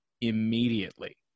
immediately